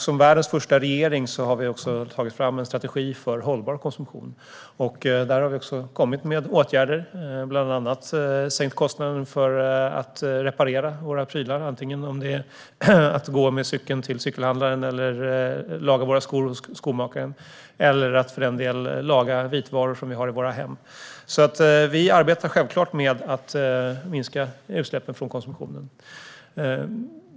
Som första regering i världen har vi också tagit fram en strategi för hållbar konsumtion. Där ingår åtgärder som sänkt kostnad för att reparera våra prylar, oavsett om det är att gå med cykeln till cykelhandlaren, att laga skorna hos skomakaren eller att laga vitvaror som vi har i våra hem. Vi arbetar alltså självklart med att minska utsläppen från konsumtionen.